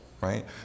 right